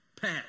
Pat